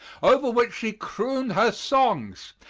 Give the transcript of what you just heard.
over which she crooned her songs,